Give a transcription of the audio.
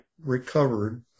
recovered